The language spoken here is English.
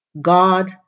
God